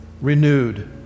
renewed